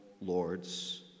lords